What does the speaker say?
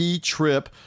trip